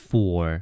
Four